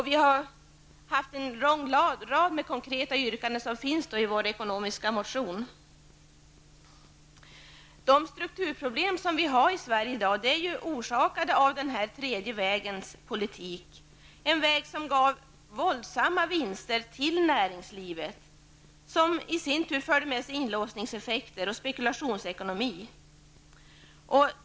Vi har haft en lång rad med konkreta yrkanden, som finns i vår motion om ekonomin. De strukturproblem som vi har i Sverige i dag är orsakade av den tredje vägens politik, en väg som gav våldsamma vinster till näringslivet, något som i sin tur förde med sig inlåsningseffekter och spekulationsekonomi.